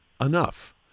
enough